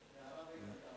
והרב איתן כבל.